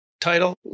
title